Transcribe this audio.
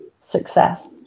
success